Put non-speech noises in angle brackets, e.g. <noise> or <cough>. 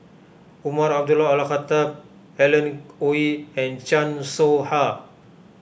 <noise> Umar Abdullah Al Khatib Alan Oei and Chan Soh Ha